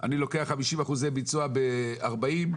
אני לוקח 50% ביצוע ב-40,